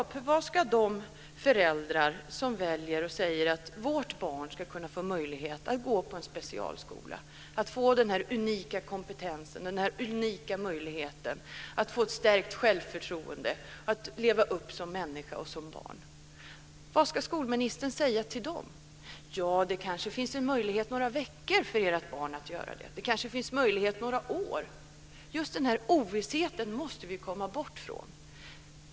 Vad ska skolministern säga till de föräldrar som gör ett val och säger att deras barn ska kunna få möjlighet att gå i specialskola och få den här unika kompetensen och den här unika möjligheten att få stärkt självförtroende och att få leva upp som människa och barn? Ja, kanske finns det möjlighet för ert barn att under några veckor eller några år få göra det, kan det heta. Men just den ovissheten måste vi komma bort från.